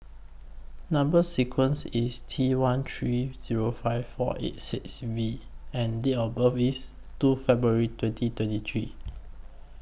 Number sequence IS T one three Zero five four eight six V and Date of birth IS two February twenty twenty three